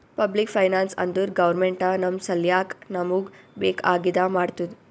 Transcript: public finance ಅಂದುರ್ government ನಮ್ ಸಲ್ಯಾಕ್ ನಮೂಗ್ ಬೇಕ್ ಆಗಿದ ಮಾಡ್ತುದ್